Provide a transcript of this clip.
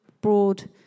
broad